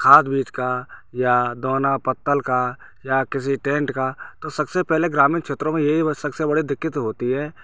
खाद बीज का या दोना पत्तल का या किसी टेंट का तो सबसे पहले ग्रामीण क्षेत्रों यही व सबसे बड़ी दिक्कत होती है